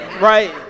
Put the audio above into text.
Right